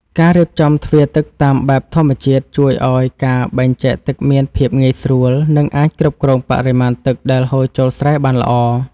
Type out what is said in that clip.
ការរៀបចំទ្វារទឹកតាមបែបធម្មជាតិជួយឱ្យការបែងចែកទឹកមានភាពងាយស្រួល និងអាចគ្រប់គ្រងបរិមាណទឹកដែលហូរចូលស្រែបានល្អ។